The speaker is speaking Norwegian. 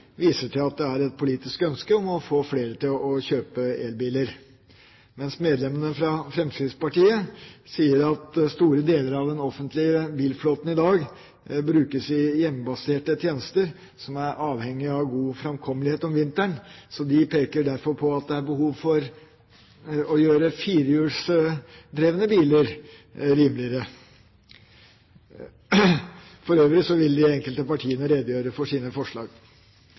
viser til at det er et politisk ønske om å få flere til å kjøpe elbiler. Medlemmene fra Fremskrittspartiet sier at store deler av den offentlige bilflåten i dag brukes i hjemmebaserte tjenester, som er avhengig av god framkommelighet om vinteren. De peker derfor på at det er et behov for å gjøre firehjulsdrevne biler rimeligere. For øvrig vil de enkelte partiene redegjøre for sine forslag.